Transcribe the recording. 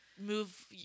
move